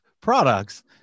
products